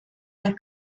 der